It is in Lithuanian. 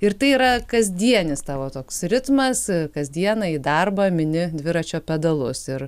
ir tai yra kasdienis tavo toks ritmas kasdieną į darbą mini dviračio pedalus ir